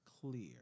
clear